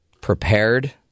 prepared